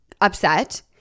upset